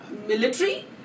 military